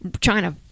China